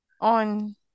On